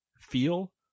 feel